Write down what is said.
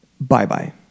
Bye-bye